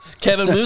Kevin